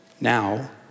now